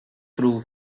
through